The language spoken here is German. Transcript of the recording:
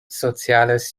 soziales